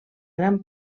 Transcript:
gran